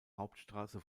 hauptstrasse